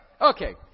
Okay